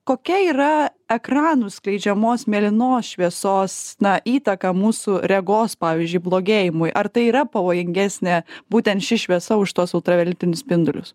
kokia yra ekranų skleidžiamos mėlynos šviesos na įtaka mūsų regos pavyzdžiui blogėjimui ar tai yra pavojingesnė būtent ši šviesa už tuos ultravioletinius spindulius